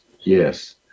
Yes